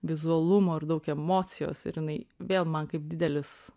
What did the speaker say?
vizualumo ir daug emocijos ir jinai vėl man kaip didelis